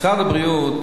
משרד הבריאות